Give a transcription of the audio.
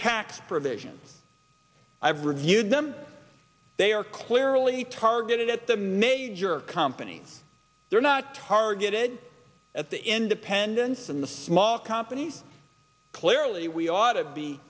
tax provisions i've reviewed them they are clearly targeted at the major companies are not targeted at the independents and the small companies clearly we ought to be